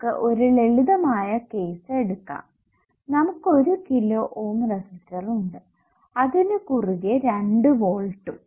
നമുക്ക് ഒരു ലളിതമായ കേസ് എടുക്കാം നമുക്ക് ഒരു കിലോ ഓം റെസിസ്റ്റർ ഉണ്ട് അതിനു കുറുകെ 2 വോൾട്ടും